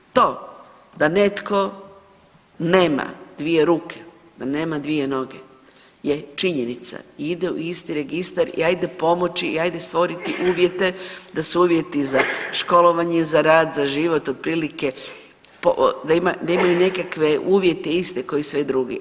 To da netko nema dvije ruke, da nema dvije noge je činjenica i ide u isti registar i hajde pomoći i hajde stvoriti uvjete da su uvjeti za školovanje i za rad, za život otprilike da imaju nekakve uvjete iste kao i svi drugi.